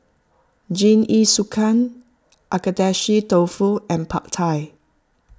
Jingisukan Agedashi Dofu and Pad Thai